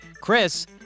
Chris